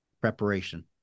Preparation